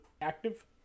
active